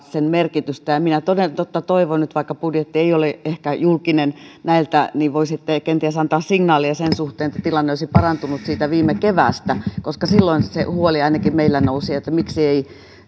sen merkitystä minä toden totta toivon että vaikka budjetti ei ole ehkä julkinen näiltä osin niin voisitte kenties antaa signaalia sen suhteen että tilanne olisi parantunut viime keväästä koska silloin se huoli ainakin meillä nousi että miksi ei